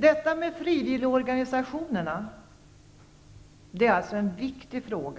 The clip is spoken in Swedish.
Frågan om frivilligorganisationerna är viktig, och